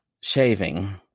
shaving